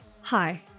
Hi